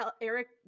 eric